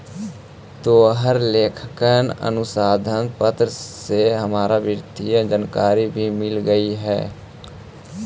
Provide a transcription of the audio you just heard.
तोहर लेखांकन अनुसंधान पत्र से हमरा वित्तीय जानकारी भी मिल गेलई हे